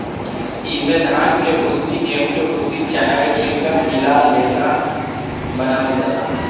इमे धान के भूसी, गेंहू के भूसी, चना के छिलका मिला ले बनावल जाला